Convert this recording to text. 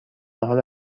حال